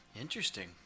Interesting